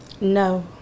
No